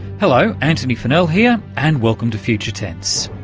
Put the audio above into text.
hello, antony funnell here and welcome to future tense.